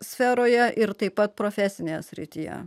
sferoje ir taip pat profesinėje srityje